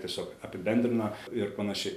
tiesiog apibendrina ir panašiai